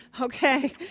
Okay